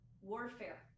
warfare